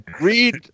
Read